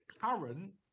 current